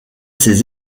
ses